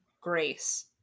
grace